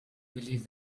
believed